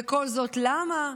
וכל זאת למה?